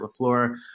LaFleur